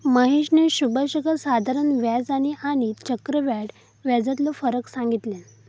महेशने सुभाषका साधारण व्याज आणि आणि चक्रव्याढ व्याजातलो फरक सांगितल्यान